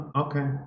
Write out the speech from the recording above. okay